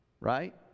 Right